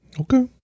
Okay